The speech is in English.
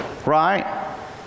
right